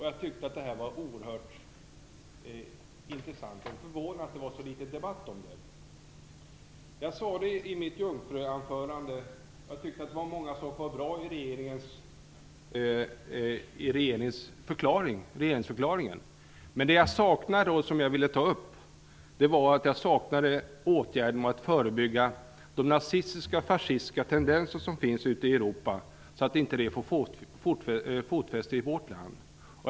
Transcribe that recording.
Jag tyckte att det var oerhört intressant och var förvånad över att det var så litet debatt om det. Jag sade i mitt jungfruanförande att jag tyckte att det var många saker i regeringsförklaringen som var bra men att jag i den saknade åtgärder för att förebygga de nazistiska och fascistiska tendenser som finns ute i Europa, så att de inte får fotfäste i vårt land.